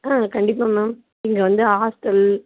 ஆ கண்டிப்பாக மேம் இங்கே வந்து ஹாஸ்டல்